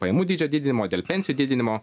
pajamų dydžio didinimo dėl pensijų didinimo